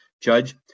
judge